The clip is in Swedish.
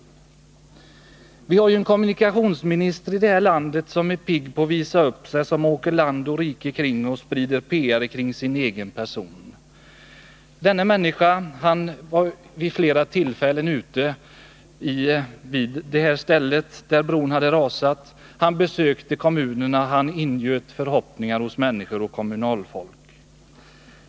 Vi har i det här landet en kommunikationsminister, som är pigg på att visa upp sig och som åker land och rike kring för att sprida PR kring sin egen person. Kommunikationsministern var vid flera tillfällen ute vid platsen för broraset. Han besökte kommunerna, och han ingöt förhoppningar hos kommunalfolk och andra människor.